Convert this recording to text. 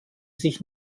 sich